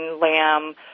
lamb